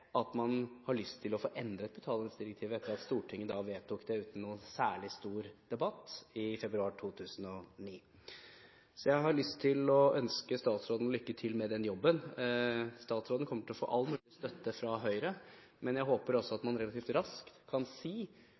at man har lyst til å få endret betalingsdirektivet, etter at Stortinget vedtok det uten noen særlig stor debatt i februar 2009. Jeg har lyst til å ønske statsråden lykke til med den jobben. Statsråden kommer til å få all mulig støtte fra Høyre. Jeg håper også at man relativt raskt kan si